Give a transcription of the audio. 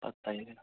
പത്തായിരം